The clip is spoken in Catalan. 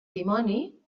dimoni